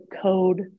code